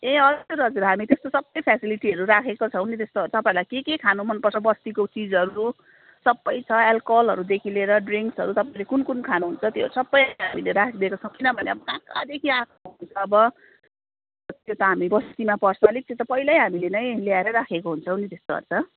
ए हजुर हजुर हामी त्यस्तो सबै फ्यासिलिटीहरू राखेको छौँ नि त्यस्तो तपाईँहरूलाई के के खानु मनपर्छ बस्तीको चिजहरू सबै छ एल्कोहोलहरूदेखि लिएर ड्रिङक्सहरू तपाईँले कुन कुन खानुहुन्छ त्योहरू सबै हामीले राखिदिएको छौँ किनभने अब कहाँ कहाँदेखि आएको हुन्छ अब त्यो त हामी बस्तीमा पर्छौँ र त्यो त हामीले पहिल्यै हामीले नै ल्याएरै राखेको हुन्छौँ नि त्यस्तोहरू त